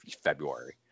February